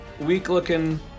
weak-looking